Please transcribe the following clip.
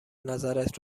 نظرت